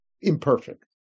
imperfect